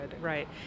Right